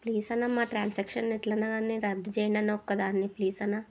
please అన్న మా transaction ఎట్లైనా కానీ రద్దు చేయండి అన్నా ఒక్కదాన్ని ప్లీజ్ అనా